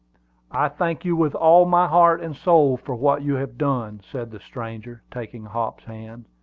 i thank you with all my heart and soul for what you have done, said the stranger, taking hop's hand.